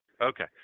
okay